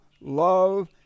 love